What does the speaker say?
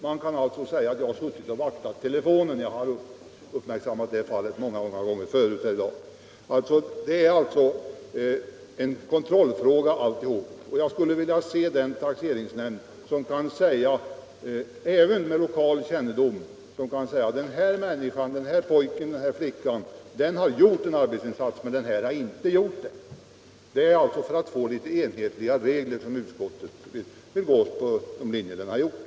Man kan — som jag har varit inne på flera gånger här i dag — säga att de har suttit och vaktat telefonen. Alltihop är således en kontrollfråga. Och jag skulle vilja se den taxeringsnämnd — även med lokal kännedom — som kan säga att den här människan, den här pojken, den här flickan har gjort en arbetsinsats, men den här har inte gjort det. Det är alltså för att få litet enhetliga regler som skatteutskottet har gått på den linje som jag här redovisat.